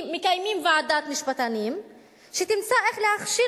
מקיימים ועדת משפטנים שתמצא איך להכשיר